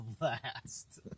last